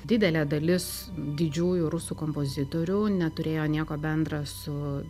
didelė dalis didžiųjų rusų kompozitorių neturėjo nieko bendra su